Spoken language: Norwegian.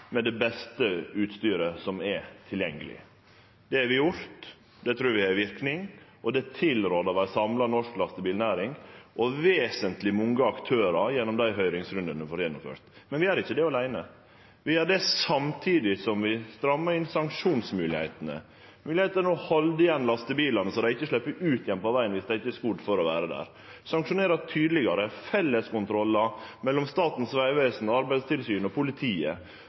med det beste utstyret som er tilgjengeleg. Det har vi gjort, det trur vi har ein verknad, og det er tilrådd av ei samla norsk lastebilnæring og vesentleg mange aktørar gjennom dei mange høyringsrundane vi har gjennomført. Men vi gjer ikkje berre det, vi gjer det samtidig som vi strammar inn når det gjeld sanksjonsmoglegheitene, moglegheita til å halde igjen lastebilane så dei ikkje slepp ut på vegen igjen dersom dei ikkje er skodde for å vere der, sanksjonere tydelegare, felleskontrollar mellom Statens vegvesen, Arbeidstilsynet og politiet